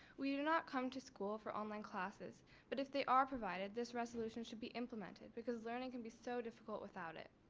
we did not come to school for online classes but if they are provided this resolution should be implemented because learning can be so difficult without it.